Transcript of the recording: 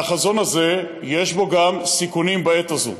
והחזון הזה, יש בו גם סיכונים בעת הזאת.